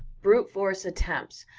brute force attempts,